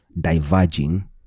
diverging